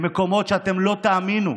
במקומות שאתם לא תאמינו: